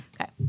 Okay